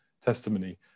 testimony